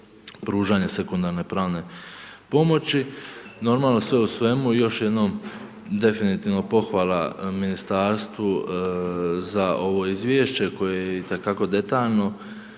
pružanje sekundarne pravne pomoći. Normalno sve u svemu još jednom pohvala ministarstvu za ovo izvješće koje je itekako detaljno,